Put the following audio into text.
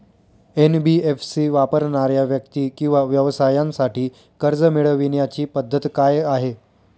NBFC वापरणाऱ्या व्यक्ती किंवा व्यवसायांसाठी कर्ज मिळविण्याची पद्धत काय आहे?